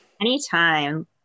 Anytime